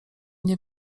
nie